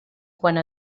quant